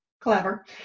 clever